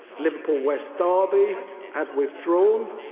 liverpool west ah derby have withdrawn,